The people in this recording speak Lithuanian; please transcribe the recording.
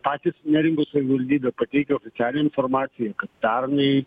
patys neringos savivaldybė pateikė oficialią informaciją kad pernai